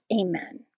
Amen